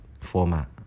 format